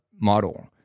model